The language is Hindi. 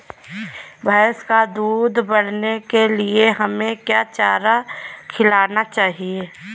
भैंस का दूध बढ़ाने के लिए हमें क्या चारा खिलाना चाहिए?